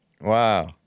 Wow